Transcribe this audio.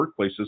workplaces